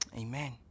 Amen